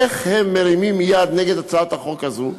איך הם מרימים יד נגד הצעת החוק הזאת,